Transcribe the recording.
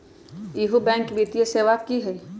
इहु बैंक वित्तीय सेवा की होई?